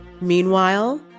Meanwhile